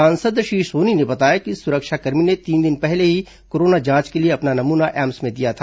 सांसद श्री सोनी ने बताया कि इस सुरक्षाकर्मी ने तीन दिन पहले ही कोरोना जांच के लिए अपना नमूना एम्स में दिया था